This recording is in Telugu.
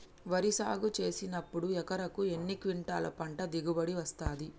వరి సాగు చేసినప్పుడు ఎకరాకు ఎన్ని క్వింటాలు పంట దిగుబడి వస్తది?